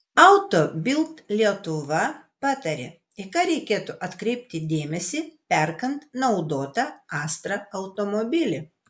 auto bild lietuva pataria į ką reikėtų atkreipti dėmesį perkant naudotą astra automobilį